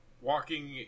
walking